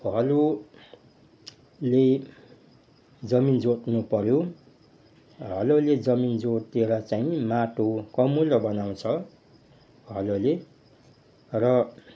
हलोले जमिन जोत्नु पऱ्यो हलोले जमिन जोतेर चाहिँ माटो कमलो बनाउँछ हलोले र